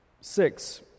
six